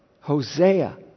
Hosea